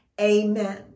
amen